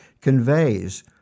conveys